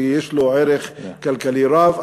ויש לו ערך כלכלי רב.